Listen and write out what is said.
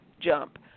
jump